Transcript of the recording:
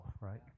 right